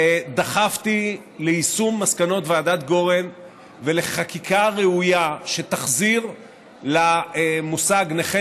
דחפתי ליישום מסקנות ועדת גורן ולחקיקה ראויה שתחזיר למושג נכה